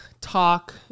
talk